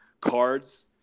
cards